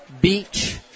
Beach